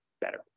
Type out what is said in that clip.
better